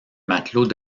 matelot